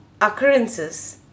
occurrences